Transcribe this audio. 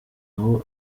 aho